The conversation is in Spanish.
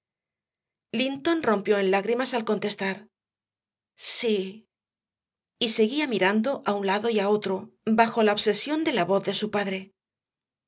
linton rompió en lágrimas al contestar sí y seguía mirando a un lado y a otro bajo la obsesión de la voz de su padre